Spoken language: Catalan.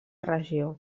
regió